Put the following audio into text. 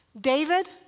David